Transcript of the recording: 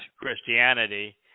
Christianity